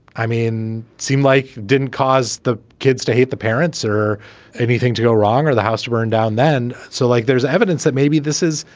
i mean, seemed like didn't cause the kids to hate the parents or anything to go wrong or the house to burn down then. so like there's evidence that maybe this is,